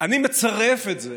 אני מצרף את זה